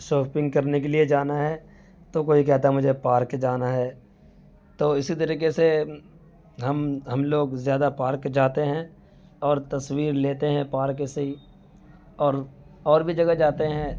shopping کرنے کے لیے جانا ہے تو کوئی کہتا ہے مجھے پارک جانا ہے تو اسی طریقے سے ہم ہم لوگ زیادہ پارک جاتے ہیں اور تصویر لیتے ہیں پارک سے ہی اور اور بھی جگہ جاتے ہیں